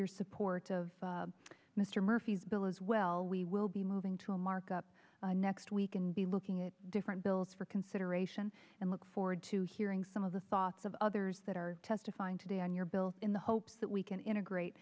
your support mr murphy's bill is well we will be moving to a markup next week and be looking at different bills for consideration and look forward to hearing some of the thoughts of others that are testifying today on your bill in the hopes that we can